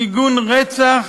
ארגון רצח